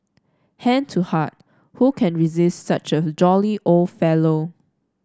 hand to heart who can resist such a jolly old fellow